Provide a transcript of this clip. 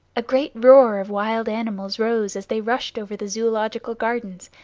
a great roar of wild animals rose as they rushed over the zoological gardens,